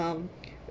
um